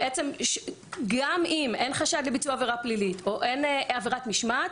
בעצם גם אם אין חשד לביצוע עבירה פלילית או אין עבירת משמעת,